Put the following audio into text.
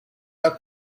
are